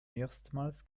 erstmals